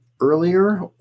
earlier